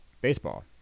baseball